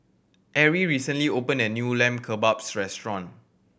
Arrie recently open a new Lamb Kebabs Restaurant